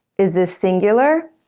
is this singular?